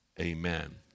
Amen